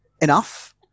enough